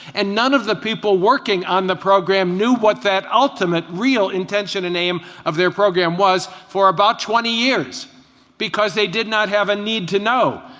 and none of the people working on the program knew what that ultimate real intention and aim of that program was for about twenty years because they did not have a need to know.